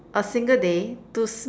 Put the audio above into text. a single day to